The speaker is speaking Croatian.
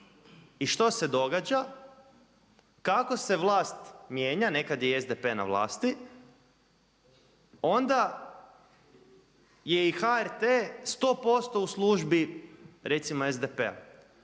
I što se događa? Kako se vlast mijenja, neka je i SDP na vlasti, onda je i HRT 100% u službi recimo SDP-a